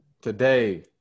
today